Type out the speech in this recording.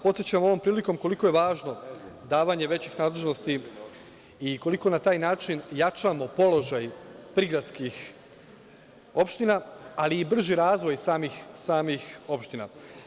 Podsećam ovom prilikom koliko je važno davanje većih nadležnosti i koliko na taj način jačamo položaj prigradskih opština, ali i brži razvoj samih opština.